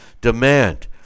demand